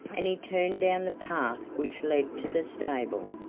and he turned down the path which led to the stable.